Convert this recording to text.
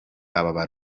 aba